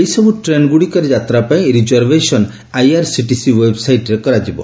ଏହିସବୁ ଟ୍ରେନ୍ଗୁଡ଼ିକରେ ଯାତ୍ରା ପାଇଁ ରିଜର୍ଭେସନ୍ ଆଇଆର୍ସିଟିସି ଓ୍ୱେବ୍ସାଇଟ୍ରେ କରାଯିବ